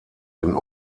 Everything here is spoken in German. den